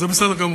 אז זה בסדר גמור.